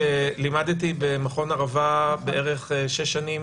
שלימדתי במכון ערבה בערך שש שנים